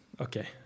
okay